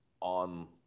on